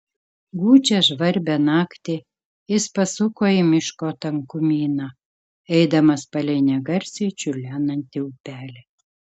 gūdžią žvarbią naktį jis pasuko į miško tankumyną eidamas palei negarsiai čiurlenantį upelį